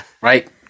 Right